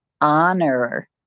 honor